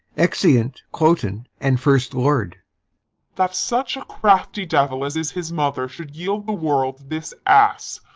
exeunt cloten and first lord that such a crafty devil as is his mother should yield the world this ass!